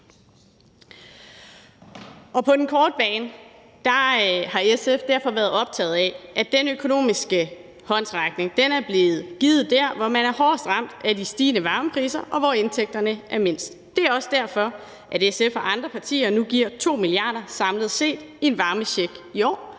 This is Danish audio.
På den korte bane har SF derfor været optaget af, at den økonomiske håndsrækning er blevet givet der, hvor man er hårdest ramt af de stigende varmepriser, og hvor indtægterne er mindst. Det er også derfor, at SF og andre partier nu giver 2 mia. kr. samlet set i varmecheck i år